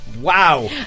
wow